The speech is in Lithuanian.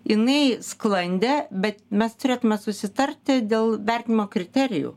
jinai sklandė bet mes turėtume susitarti dėl vertinimo kriterijų